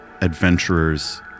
adventurers